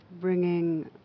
bringing